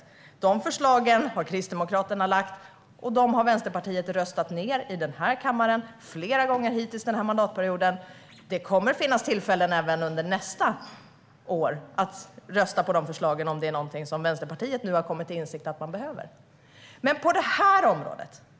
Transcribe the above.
Sådana förslag har Kristdemokraterna lagt fram, men Vänsterpartiet har flera gånger hittills under den här mandatperioden röstat ned dem i denna kammare. Även under nästa år kommer det att finnas tillfällen att rösta på dessa förslag, om Vänsterpartiet nu har kommit till insikt om att man behöver göra detta.